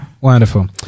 Wonderful